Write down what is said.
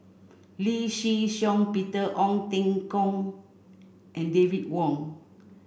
Lee Shih Shiong Peter Ong Teng Koon and David Wong